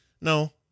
No